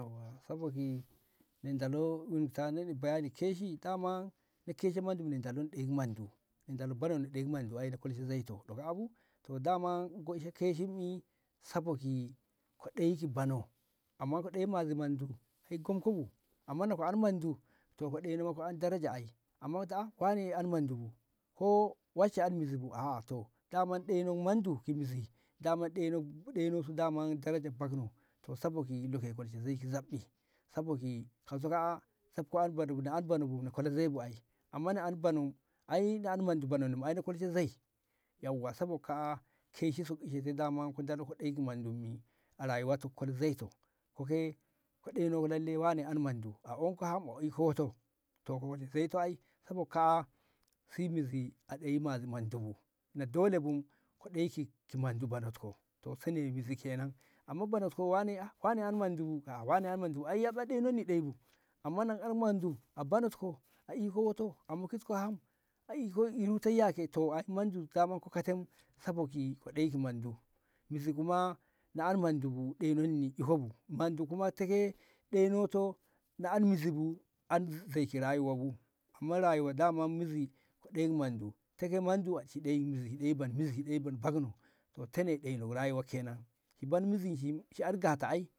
saboki menta lo wun ta ni bayani keshi daman ni keji mandu mi ɗalunɗe ek manbu ndal bano de mendu ai na kolshe zai to ko ka'abu to daman go'e keshin mi saboki koɗoyi ki bano amma ka ɗoyi mak mandubu e kon konu amman na ko an mandu to ko de nako ko an daraja ai, amma ta wane an mondi bu, ko wace an mizibu ah, to taman ɗeno mendu ki mizi daman deno daman daraja bagno, to saboki luke kolshi ko zabƙi saboki kauso ka'a safko an bonabu da an bona bu na kola zei bu ai she amma na an bano ai e da'an mendu banon mu ai kolshe zai yau wa saboka ke shi sau daman ku ɗalko ɗe shi mandu a rayuwa tu kol zai to ko ke ko ɗeno lalle wane an mandu a omko ham ko eko wo'oto to wali se to ai saboka se mizi ɗei man mizibu na dole bu ko ɗeishi tu mandu ba natko to se ne bizi kenan amma bonatko wane an mondi bu a'a wane an mondu ai yaɓaɗinan nu ɓebu amma nan an mondu a banatko ai iko wo'oto a mu kitko ham ai iko inu ta ya ke to o ai mandu ta men ko ka tai saboki koɗeyi ki mandu mizi ko ma na na mondu bu muɗenonni eho bu modu kuma teke nbeno to ɗa mezi bu an zai ki rayuwa bu amma rayuwa daman mizi ko ɗei mandu teke mandu shi ɗei mizi shi bano bagno to teni ɗeno rai wokshe nan shi ban mizishi shi an gaka ai